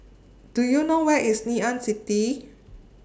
Do YOU know Where IS Ngee Ann City